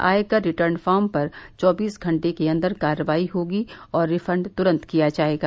आयकर return form पर चौबीस घंटे के अन्दर कार्रवाई होगी और रिफण्ड तुरंत किया जाएगा